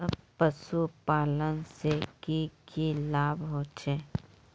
पशुपालन से की की लाभ होचे?